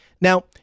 Now